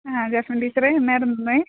ആ Jasmine teacher എന്നായിരുന്നു